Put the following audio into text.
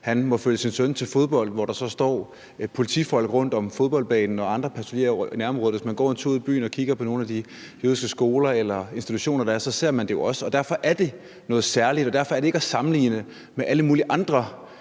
han må følge sin søn til fodbold, hvor der så står politifolk rundt om fodboldbanen og andre patruljerer i nærområdet. Hvis man går en tur i byen og kigger på nogle af de jødiske skoler og institutioner, der er, ser man det jo også. Derfor er det noget særligt, og derfor er det ikke at sammenligne med alle mulige andre